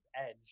Edge